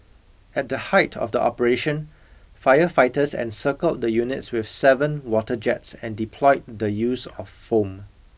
at the height of the operation firefighters encircled the units with seven water jets and deployed the use of foam